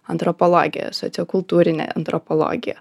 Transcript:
antropologija sociokultūrinė antropologija